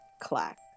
clack